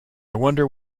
wonder